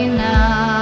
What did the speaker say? now